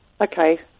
okay